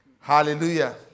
Hallelujah